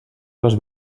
les